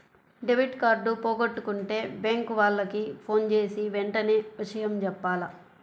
debit card పోగొట్టుకుంటే bank వాళ్లకి ఫోన్జేసి వెంటనే విషయం జెప్పాల